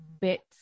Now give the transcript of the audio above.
bits